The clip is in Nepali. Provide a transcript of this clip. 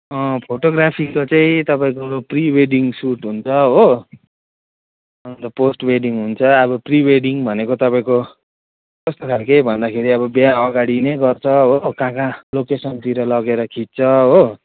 फोटोग्राफीको चाहिँ तपाईँको प्रि वेडिङ सुट हुन्छ हो अन्त पोस्ट वेडिङ हुन्छ अब प्रि वेडिङ भनेको तपाईँको कस्तो खालके भन्दाखेरि अब बिहा अगाडि नै गर्छ हो कहाँ कहाँ लोकेसनतिर लगेर खिच्छौँ हो